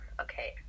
Okay